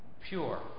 Pure